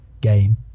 game